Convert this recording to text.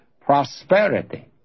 prosperity